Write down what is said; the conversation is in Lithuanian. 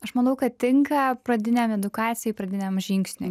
aš manau kad tinka pradiniam edukacijai pradiniam žingsniui